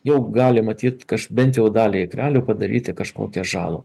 jau gali matyt bent jau dalį ikrelių padaryti kažkokią žalą